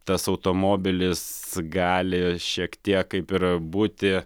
tas automobilis gali šiek tiek kaip ir būti